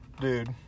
Dude